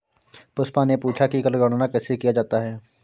पुष्पा ने पूछा कि कर गणना कैसे किया जाता है?